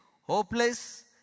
hopeless